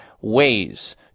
ways